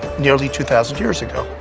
nearly two thousand years ago.